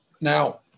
now